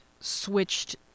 switched